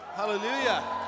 hallelujah